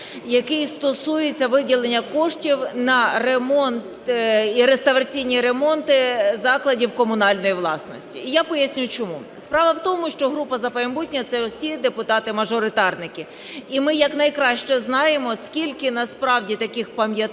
який стосується виділення коштів на ремонт, реставраційні ремонти закладів комунальної власності. Я поясню чому. Справа в тому, що група "За майбутнє" – це всі депутати-мажоритарники. І ми якнайкраще знаємо, скільки, насправді, таких пам'яток